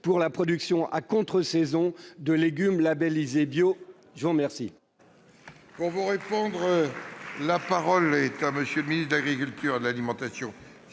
pour la production à contre-saison de légumes labellisés bio ? La parole